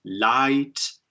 light